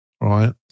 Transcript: right